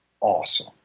awesome